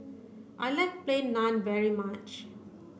I like plain naan very much